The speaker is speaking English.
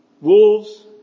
Wolves